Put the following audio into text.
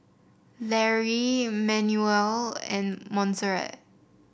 Lary Manuela and Montserrat